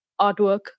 artwork